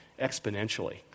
exponentially